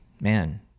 man